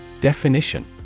Definition